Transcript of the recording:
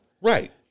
Right